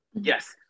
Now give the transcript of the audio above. Yes